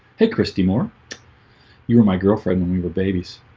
hey christie moore you were my girlfriend when we were babies